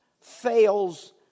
fails